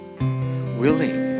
Willing